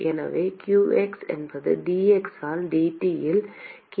எனவே qx என்பது dx ஆல் dT இல் k A ஐ கழித்தல் ஆகும்